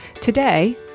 Today